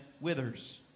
withers